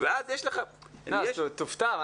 תופתע.